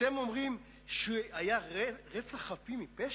אתם אומרים שהיה רצח חפים מפשע?